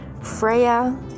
Freya